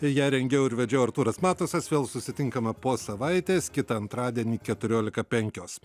ją rengiau ir vedžiau artūras matusas vėl susitinkame po savaitės kitą antradienį keturiolika penkios